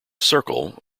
circle